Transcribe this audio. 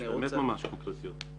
נענה תשובות קונקרטיות ובשמחה.